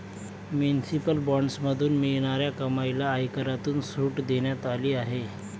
municipal बॉण्ड्समधून मिळणाऱ्या कमाईला आयकरातून सूट देण्यात आली आहे